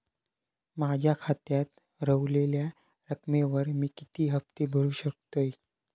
माझ्या खात्यात रव्हलेल्या रकमेवर मी किती हफ्ते भरू शकतय?